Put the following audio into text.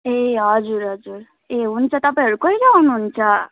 ए हजुर हजुर ए हुन्छ तपाईँहरू कहिले आउनुहुन्छ